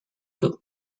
clue